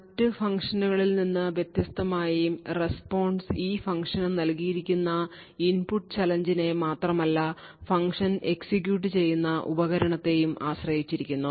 മറ്റ് ഫംഗ്ഷനുകളിൽ നിന്ന് വ്യത്യസ്തമായി റെസ്പോൺസ് ഈ functionന് നൽകിയിരിക്കുന്ന ഇൻപുട്ട് ചലഞ്ചിനെ മാത്രമല്ല ഫംഗ്ഷൻ എക്സിക്യൂട്ട് ചെയ്യുന്ന ഉപകരണത്തെയും ആശ്രയിച്ചിരിക്കുന്നു